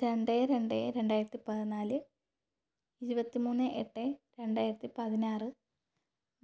രണ്ട് രണ്ട് രണ്ടായിരത്തി പതിനാല് ഇരുപത്തി മൂന്ന് എട്ട് രണ്ടായിരത്തി പതിനാറ്